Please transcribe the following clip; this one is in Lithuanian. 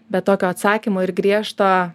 bet tokio atsakymo ir griežto